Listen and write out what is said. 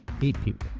eight people.